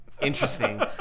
interesting